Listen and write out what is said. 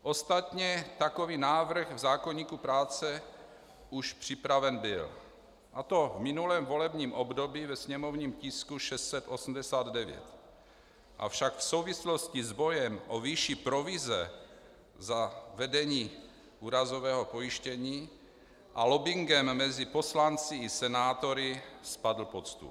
Ostatně takový návrh v zákoníku práce už připraven byl, a to v minulém volebním období ve sněmovním tisku 689, avšak v souvislosti s bojem o výši provize za vedení úrazového pojištění a lobbingem mezi poslanci i senátory spadl pod stůl.